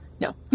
No